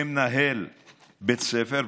כמנהל בית ספר,